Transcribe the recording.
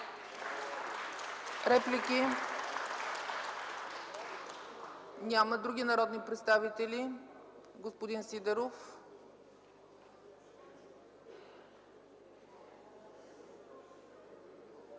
Реплики? Няма. Други народни представители? Господин Христо